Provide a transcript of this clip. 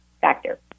factor